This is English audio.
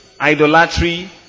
idolatry